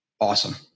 Awesome